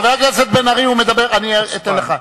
חבר הכנסת בן-ארי, הוא מדבר עכשיו.